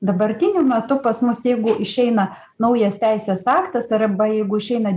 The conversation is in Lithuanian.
dabartiniu metu pas mus jeigu išeina naujas teisės aktas arba jeigu išeina